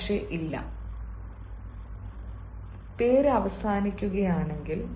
പക്ഷെ ഇല്ല പേര് അവസാനിക്കുകയാണെങ്കിൽ